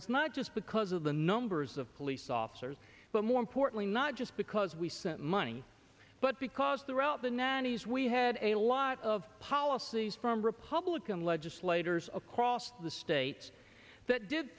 was not just because of the numbers of police officers but more importantly not just because we sent money but because throughout the ninety's we had a lot of policies from republican legislators across the states that did